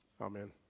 Amen